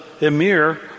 Emir